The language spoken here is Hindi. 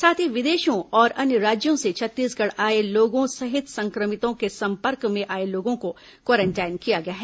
साथ ही विदेशों और अन्य राज्यों से छत्तीसगढ़ आए लोगों सहित संक्रमितों के संम्पर्क में आए लोगों को क्वारेंटाइन किया गया है